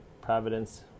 Providence